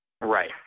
Right